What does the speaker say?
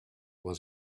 was